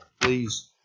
Please